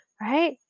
right